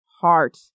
heart